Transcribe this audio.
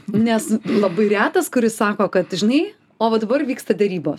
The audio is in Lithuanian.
nes labai retas kuris sako kad žinai o va dabar vyksta derybos